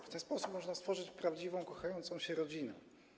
W ten sposób można stworzyć prawdziwą, kochającą się rodzinę.